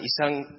isang